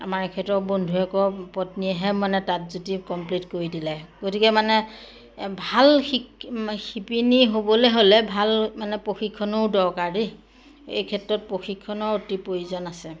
আমাৰ এখেতৰ বন্ধুয়েকৰ পত্নীয়েহে মানে তাঁত যুটি কমপ্লিট কৰি দিলে গতিকে মানে ভাল শিক শিপিনী হ'বলে হ'লে ভাল মানে প্ৰশিক্ষণৰো দৰকাৰ দেই এই ক্ষেত্ৰত প্ৰশিক্ষণৰ অতি প্ৰয়োজন আছে